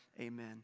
Amen